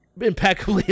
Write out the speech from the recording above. impeccably